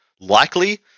likely